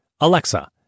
Alexa